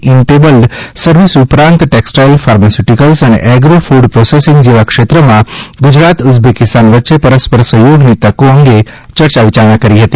enabled services ઉપરાંત textile pharmaceuticals અને agro ક્રડ પ્રોસેસીંગ જેવા ક્ષેત્રોમાં ગુજરાત ઉઝબેકિસ્તાન વચ્ચે પરસ્પર સહયોગની તકો અંગે ચર્ચા વિચારણાઓ કરી હતી